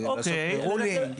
לעשות Pre Ruling,